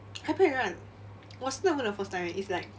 happen before [one] was not even the first time it's like